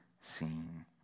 seen